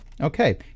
Okay